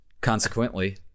consequently